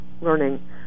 learning